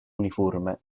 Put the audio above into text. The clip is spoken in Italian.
uniforme